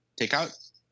takeout